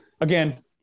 again